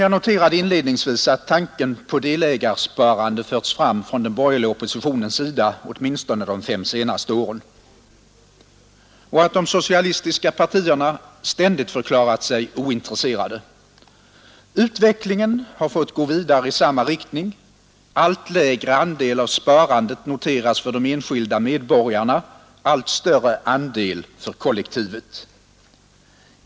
Jag noterade inledningsvis att tanken på delägarsparande har förts fram från den borgerliga oppositionen åtminstone de fem senaste åren och att de socialistiska partierna ständigt har förklarat sig ointresserade. Utvecklingen har fått gå vidare i samma riktning; allt lägre andel av sparandet noteras för de enskilda medborgarna och allt större andel för kollektivet.